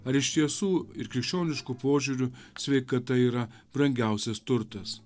ar iš tiesų ir krikščionišku požiūriu sveikata yra brangiausias turtas